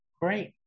Great